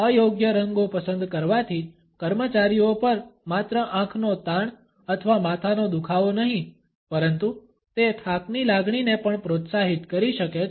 અયોગ્ય રંગો પસંદ કરવાથી કર્મચારીઓ પર માત્ર આંખનો તાણ અથવા માથાનો દુખાવો નહીં પરંતુ તે થાકની લાગણીને પણ પ્રોત્સાહિત કરી શકે છે